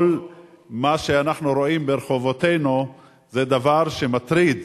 כל מה שאנחנו רואים ברחובותינו זה דבר שמטריד,